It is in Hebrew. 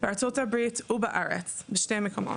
בארה"ב ובארץ, בשני מקומות,